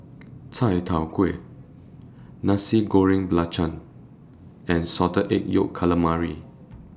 Chai Tow Kway Nasi Goreng Belacan and Salted Egg Yolk Calamari